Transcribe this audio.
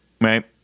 Right